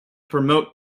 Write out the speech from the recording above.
promote